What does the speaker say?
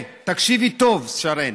תקשיבי טוב, שרן,